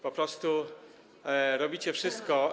Po prostu robicie wszystko.